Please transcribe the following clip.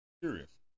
Curious